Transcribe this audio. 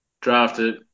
drafted